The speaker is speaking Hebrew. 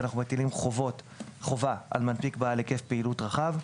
אנחנו מטילים חובה על מנפיק בעל היקף פעילות רחב.